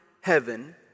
heaven